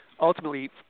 Ultimately